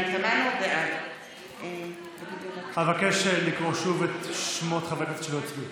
בעד אבקש לקרוא שוב את שמות חברי הכנסת שלא הצביעו.